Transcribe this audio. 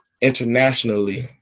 internationally